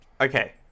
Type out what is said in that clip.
okay